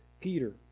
Peter